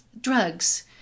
drugs